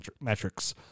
metrics